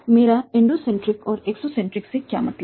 मेरा एंडोसेंट्रिक और एक्सोसेंट्रिक से क्या मतलब है